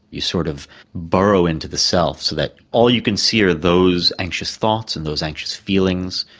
you sort of burrow into the self so that all you can see are those anxious thoughts and those anxious feelings,